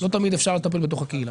לא תמיד אפשר לטפל בתוך הקהילה.